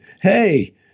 hey